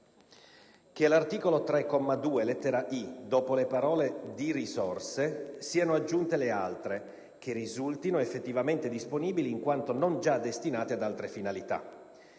che all'articolo 3, comma 2, lettera *i)*, dopo le parole: "di risorse", siano aggiunte le altre: "che risultino effettivamente disponibili in quanto non già destinate ad altra finalità";